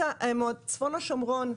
את צפון השומרון,